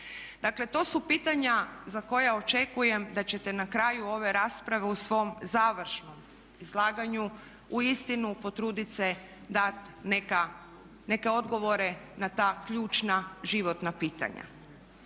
Dakle to su pitanja za koja očekujem da ćete na kraju ove rasprave u svom završnom izlaganju uistinu potruditi se dat neke odgovore na ta ključna životna pitanja.